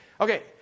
Okay